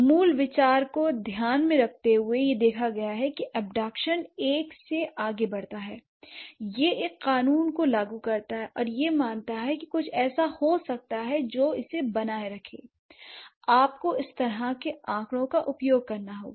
मूल विचार को ध्यान में रखते यह देखा गया है कि इबडक्शन एक से आगे बढ़ता है यह एक कानून को लागू करता है और यह मानता है कि कुछ ऐसा हो सकता है जो इसे बनाए रखे आपको इस तरह के आंकड़ो का उपयोग करना होगा